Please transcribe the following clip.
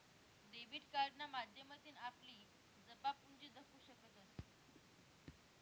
debit कार्डना माध्यमथीन आपली जमापुंजी दखु शकतंस